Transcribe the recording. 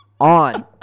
on